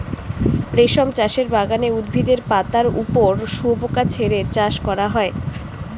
রেশম চাষের বাগানে উদ্ভিদের পাতার ওপর শুয়োপোকা ছেড়ে চাষ করা হয়